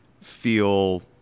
feel